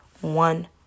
one